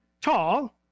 tall